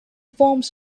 forms